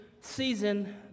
season